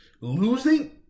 losing